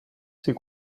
ces